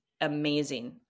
amazing